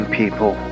people